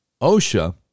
OSHA